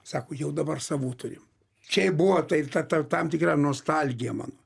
sako jau dabar savų turim čia buvo tai ta ta tam tikra nostalgija mano